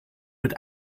mit